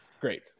Great